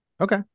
okay